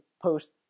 post